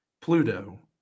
Pluto